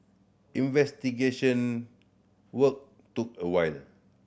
investigation work took a wine